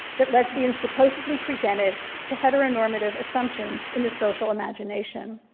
that lesbian supposedly presented to heteronormative assumptions in the social imagination.